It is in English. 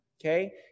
Okay